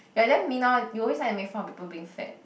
you're damn mean lor you always like to make fun of people being fat